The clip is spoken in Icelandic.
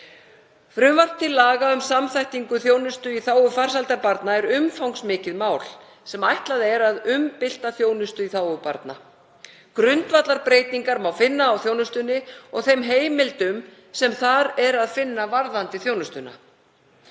Frumvarp til laga um samþættingu þjónustu í þágu farsældar barna er umfangsmikið mál sem ætlað er að umbylta þjónustu í þágu barna. Grundvallarbreytingar má finna á þjónustunni og þeim heimildum sem þar er að finna varðandi þjónustuna.